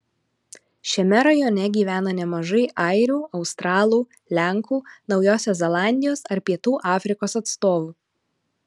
šiame rajone gyvena nemažai airių australų lenkų naujosios zelandijos ar pietų afrikos atstovų